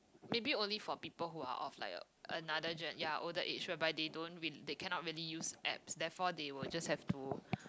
maybe only for people who are of like another gen~ ya older age whereby they don't really they cannot really use apps therefore they will just have to